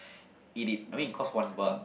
eat it I mean it cost one buck